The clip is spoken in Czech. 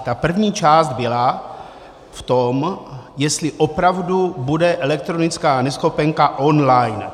Ta první část byla v tom, jestli opravdu bude elektronická neschopenka online.